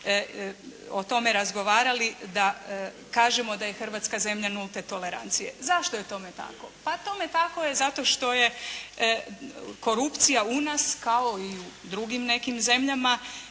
o tome razgovarali da kažemo da je Hrvatska zemlja nulte tolerancije. Zašto je tome tako? Pa tome tako je zato što je korupcija u nas, kao i u drugim nekim zemljama